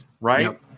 right